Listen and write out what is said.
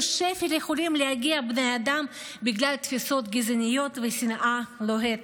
שפל יכולים להגיע בני אדם בגלל תפיסות גזעניות ושנאה לוהטת,